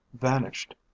vanished